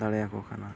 ᱫᱟᱲᱮᱭᱟᱠᱚ ᱠᱟᱱᱟ